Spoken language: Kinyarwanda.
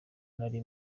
nari